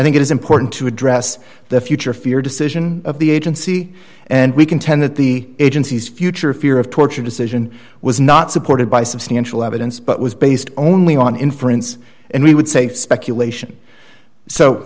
think it is important to address the future fear decision of the agency and we contend that the agency's future fear of torture decision was not supported by substantial evidence but was based only on inference and we would say speculation so